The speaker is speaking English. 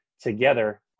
together